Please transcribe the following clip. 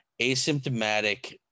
asymptomatic